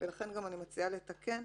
ולכן אני גם מציעה לתקן: